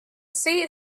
seat